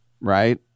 Right